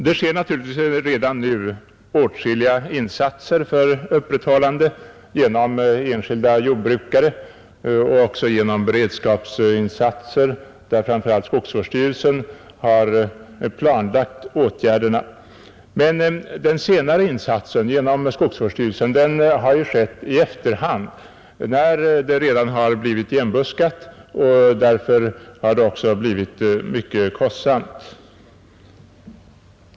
Det görs naturligtvis redan nu åtskilliga insatser av enskilda jordbrukare och även genom beredskapsarbeten, där framför allt skogsvårdsstyrelserna har planlagt åtgärderna. Dessa senare insatser har emellertid skett i efterhand, dvs. när landskapet redan blivit igenbuskat, och har därför varit mycket kostsamma.